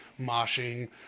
moshing